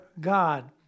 God